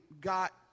got